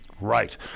Right